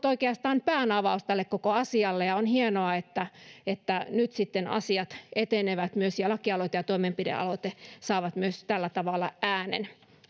oikeastaan ollut päänavaus tälle koko asialle ja on hienoa että että nyt sitten asiat etenevät ja lakialoite ja toimenpidealoite saavat myös tällä tavalla äänen